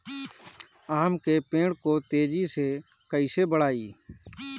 आम के पेड़ को तेजी से कईसे बढ़ाई?